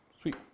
Sweet